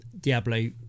Diablo